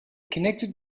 connected